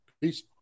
Peace